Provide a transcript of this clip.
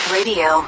Radio